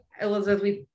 Elizabeth